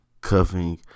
cuffing